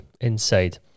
inside